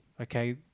okay